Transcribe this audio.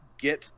get